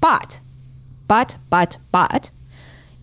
but but but but